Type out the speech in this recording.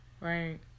right